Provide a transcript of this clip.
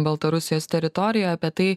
baltarusijos teritorijoj apie tai